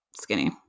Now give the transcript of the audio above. skinny